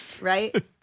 Right